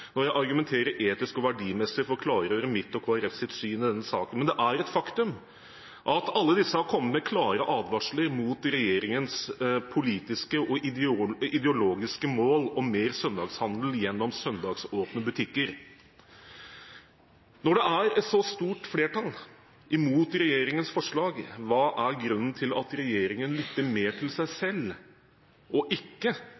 når jeg argumenterer etisk og verdimessig for å klargjøre mitt og Kristelig Folkepartis syn i denne saken. Men det er et faktum at alle disse har kommet med klare advarsler mot regjeringens politiske og ideologiske mål om mer søndagshandel gjennom søndagsåpne butikker. Når det er et så stort flertall imot regjeringens forslag, hva er grunnen til at regjeringen lytter mer til seg